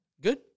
Good